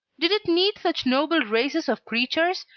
did it need such noble races of creatures,